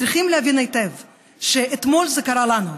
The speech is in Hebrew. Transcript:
צריכים להבין היטב שאתמול זה קרה לנו,